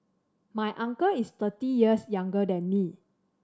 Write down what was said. my uncle is thirty years younger than me